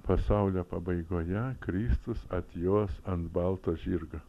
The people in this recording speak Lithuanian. pasaulio pabaigoje kristus atjos ant balto žirgo